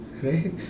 Right